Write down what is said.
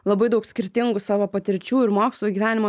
labai daug skirtingų savo patirčių ir mokslo gyvenimo